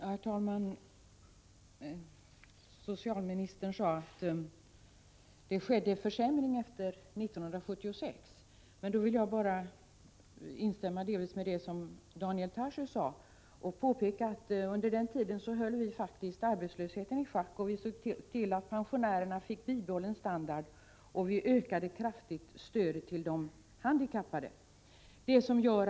Herr talman! Socialministern sade att det skedde en försämring efter 1976. Därför vill jag delvis instämma i det som Daniel Tarschys anförde och påpeka att vi under den tiden faktiskt höll arbetslösheten i schack, såg till att pensionärerna fick bibehållen standard och ökade stödet till de handikappade kraftigt.